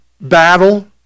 battle